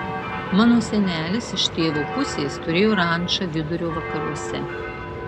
mano senelis iš tėvo pusės turėjo rančą vidurio vakaruose